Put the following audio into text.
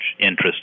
interest